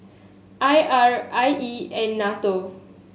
I R I E and NATO